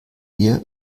ihr